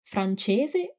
Francese